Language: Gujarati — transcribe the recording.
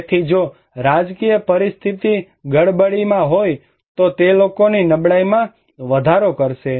તેથી જો રાજકીય પરિસ્થતિ ગડબડીમાં હોય તો તે લોકોની નબળાઈમાં વધારો કરશે